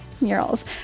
murals